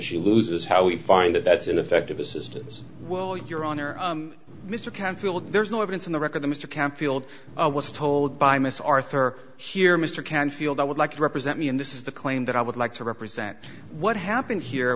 she loses how we find that that's ineffective assistance well your honor mr canfield there's no evidence in the record the mr campfield was told by miss arthur here mr canfield i would like to represent me in this is the claim that i would like to represent what happened here